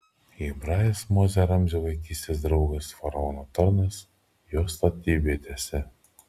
hebrajas mozė ramzio vaikystės draugas faraono tarnas jo statybvietėse